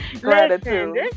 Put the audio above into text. gratitude